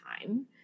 time